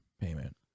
payment